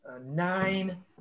nine